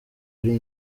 ari